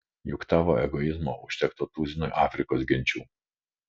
juk tavo egoizmo užtektų tuzinui afrikos genčių